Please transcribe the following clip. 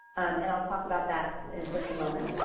and i'll talk about that in just a moment.